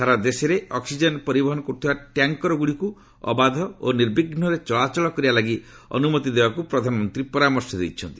ସାରା ଦେଶରେ ଅକ୍ସିଜେନ୍ ପରିବହନ କରୁଥିବା ଟ୍ୟାଙ୍କରଗୁଡ଼ିକୁ ଅବାଧ ଓ ନିର୍ବିଘୁରେ ଚଳାଚଳ କରିବା ଲାଗି ଅନୁମତି ଦେବାକୁ ପ୍ରଧାନମନ୍ତ୍ରୀ ପରାମର୍ଶ ଦେଇଛନ୍ତି